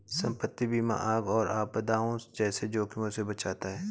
संपत्ति बीमा आग और आपदाओं जैसे जोखिमों से बचाता है